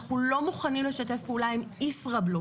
אנחנו לא מוכנים לשתף פעולה עם ישראבלוף,